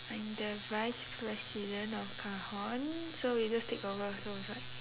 I'm the vice president of cajon so we just take over so it's like